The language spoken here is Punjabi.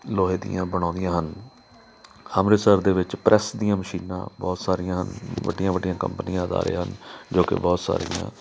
ਲੋਹੇ ਦੀਆਂ ਬਣਾਉਂਦੀਆਂ ਹਨ ਅੰਮ੍ਰਿਤਸਰ ਦੇ ਵਿੱਚ ਪ੍ਰੈੱਸ ਦੀਆਂ ਮਸ਼ੀਨਾਂ ਬਹੁਤ ਸਾਰੀਆਂ ਹਨ ਵੱਡੀਆਂ ਵੱਡੀਆਂ ਕੰਪਨੀਆਂ ਅਦਾਰੇ ਹਨ ਜੋ ਕਿ ਬਹੁਤ ਸਾਰੀਆਂ